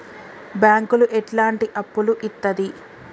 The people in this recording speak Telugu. బ్యాంకులు ఎట్లాంటి అప్పులు ఇత్తది?